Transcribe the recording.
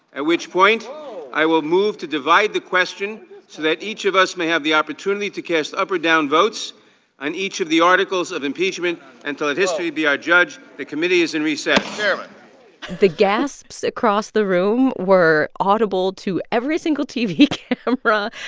at which point. whoa i will move to divide the question so that each of us may have the opportunity to cast up or down votes on each of the articles of impeachment and to let history be our judge. the committee is in recess chairman the gasps across the room were audible to every single tv camera.